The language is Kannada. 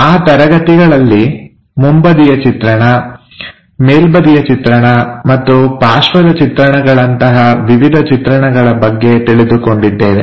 ಆ ತರಗತಿಗಳಲ್ಲಿ ಮುಂಬದಿಯ ಚಿತ್ರಣ ಮೇಲ್ಬದಿಯ ಚಿತ್ರಣ ಮತ್ತು ಪಾರ್ಶ್ವದ ಚಿತ್ರಣಗಳಂತಹ ವಿವಿಧ ಚಿತ್ರಣಗಳ ಬಗ್ಗೆ ತಿಳಿದುಕೊಂಡಿದ್ದೇವೆ